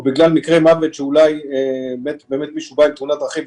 או בגלל מקרי מוות שאולי באמת מישהו בא עם תאונת דרכים,